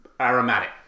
aromatic